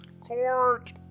Court